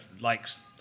likes